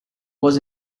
was